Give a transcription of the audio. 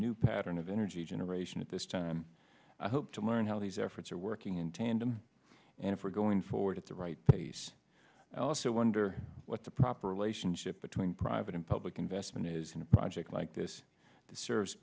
a new pattern of energy generation at this time i hope to learn how these efforts are working in tandem and if we're going forward at the right pace i also wonder what the proper relationship between private and public investment is in a project like this that serv